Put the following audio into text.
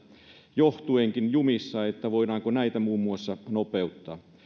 johtuenkin jumissa voidaanko muun muassa näitä nopeuttaa